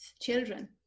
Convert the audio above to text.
children